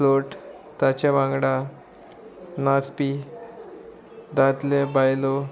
float ताचे वांगडा नाचपी दादले बायलो